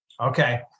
Okay